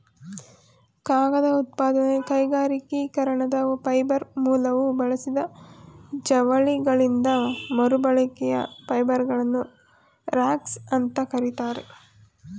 ಕಾಗದ ಉತ್ಪಾದನೆ ಕೈಗಾರಿಕೀಕರಣದ ಫೈಬರ್ ಮೂಲವು ಬಳಸಿದ ಜವಳಿಗಳಿಂದ ಮರುಬಳಕೆಯ ಫೈಬರ್ಗಳನ್ನು ರಾಗ್ಸ್ ಅಂತ ಕರೀತಾರೆ